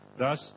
Thus